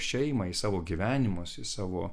šeimą į savo gyvenimus į savo